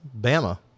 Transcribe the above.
Bama